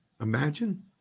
Imagine